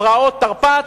פרעות תרפ"ט,